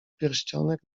pierścionek